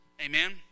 Amen